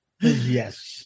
Yes